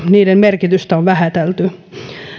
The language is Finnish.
niiden merkitystä on vähätelty